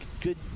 good